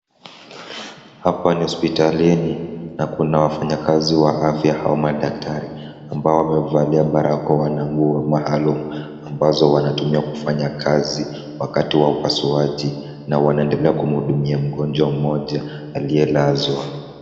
Hapa ni hospitalini na kuna wafanyakazi wa afya au madaktari ambao wamevalia barakoa na nguo maalum ambazo wanatumia kufanya kazi wakati wa upasuaji na wanaendelea kumhudumia mgonjwa mmoja aliyelazwa.